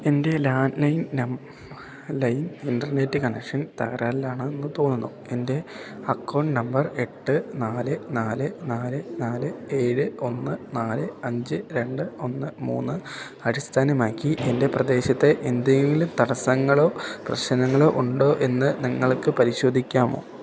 എൻ്റെ land line line internet connection തകരാറിലാണെന്ന് തോന്നുന്നു എൻ്റെ അക്കൗണ്ട് നമ്പർ എട്ട് നാല് നാല് നാല് നാല് ഏഴ് ഒന്ന് നാല് അഞ്ച് രണ്ട് ഒന്ന് മൂന്ന് അടിസ്ഥാനമാക്കി എൻ്റെ പ്രദേശത്തെ എന്തേലും തടസ്സങ്ങളോ പ്രശ്നങ്ങൾ ഉണ്ടോ എന്ന് നിങ്ങൾക്ക് പരിശോധിക്കാമോ